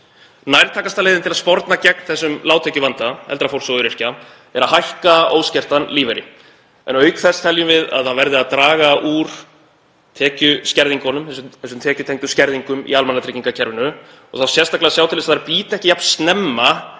Nærtækasta leiðin til að sporna gegn þessum lágtekjuvanda eldra fólks og öryrkja er að hækka óskertan lífeyri en auk þess teljum við að draga verði úr tekjuskerðingum, þessum tekjutengdu skerðingum í almannatryggingakerfinu, og þá sérstaklega að sjá til þess að þær bíti ekki jafn snemma,